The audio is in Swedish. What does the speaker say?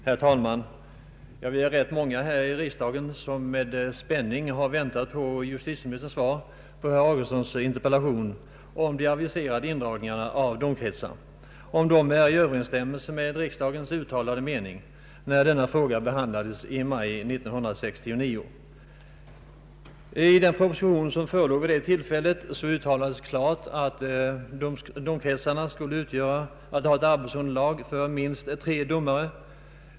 Herr talman! Vi är rätt många här i riksdagen som med spänning väntat på justitieministerns svar på herr Augustssons interpellation om de aviserade indragningarna av domkretsarna, om de är i överensstämmelse med den mening som riksdagen uttalade när denna fråga behandlades i maj 1969. I den proposition som förelåg vid det tillfället uttalades klart att domkretsarna skulle ha ett arbetsunderlag för minst tre domare.